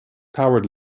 powered